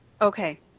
Okay